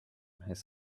his